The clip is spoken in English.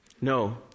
No